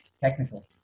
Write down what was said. Technical